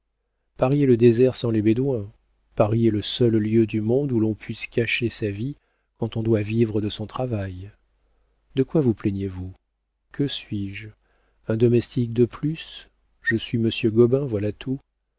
paris est le désert sans les bédouins paris est le seul lieu du monde où l'on puisse cacher sa vie quand on doit vivre de son travail de quoi vous plaignez-vous que suis-je un domestique de plus je suis monsieur gobain voilà tout